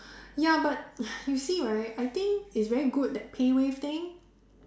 ya but you see right I think it's very good that PayWave thing